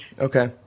Okay